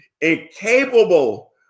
incapable